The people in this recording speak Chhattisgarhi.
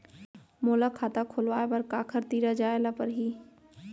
मोला खाता खोलवाय बर काखर तिरा जाय ल परही?